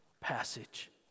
passage